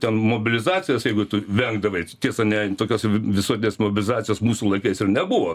ten mobilizacijos jeigu tu vengdavai tiesa ne tokios visuotinės mobilizacijos mūsų laikais ir nebuvo